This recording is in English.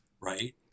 right